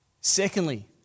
Secondly